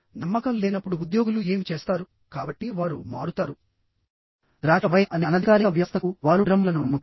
నమ్మకం లేనప్పుడు ఉద్యోగులు ఏమి చేస్తారు కాబట్టి వారు మారుతారు ద్రాక్ష వైన్ అనే అనధికారిక వ్యవస్థకు వారు డ్రమ్మర్లను నమ్ముతారు